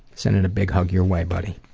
sending a big hug your way, buddy.